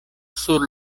sur